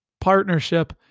partnership